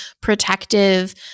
protective